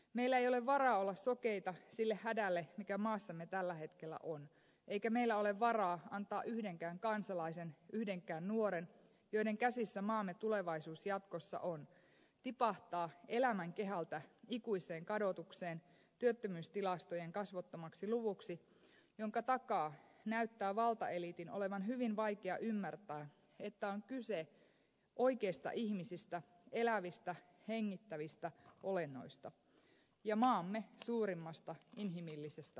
meillä ei ole varaa olla sokeita sille hädälle mikä maassamme tällä hetkellä on eikä meillä ole varaa antaa yhdenkään kansalaisen yhdenkään nuoren jonka käsissä maamme tulevaisuus jatkossa on tipahtaa elämän kehältä ikuiseen kadotukseen työttömyystilastojen kasvottomaksi luvuksi jonka takaa näyttää valtaeliitin olevan hyvin vaikea ymmärtää että on kyse oikeista ihmisistä elävistä hengittävistä olennoista ja maamme suurimmasta inhimillisestä voimavarasta